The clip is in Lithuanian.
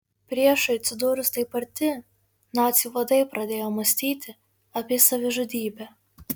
priešui atsidūrus taip arti nacių vadai pradėjo mąstyti apie savižudybę